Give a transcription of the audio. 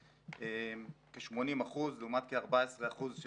כ-80% לעומת כ-14% של